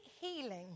healing